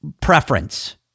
preference